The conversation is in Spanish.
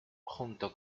junto